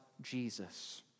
Jesus